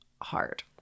hard